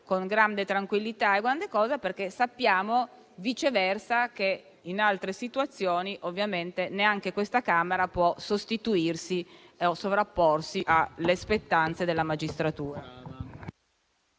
con grande tranquillità, perché sappiamo viceversa che, in altre situazioni, neanche questa Camera può sostituirsi o sovrapporsi alle spettanze della magistratura.